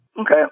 Okay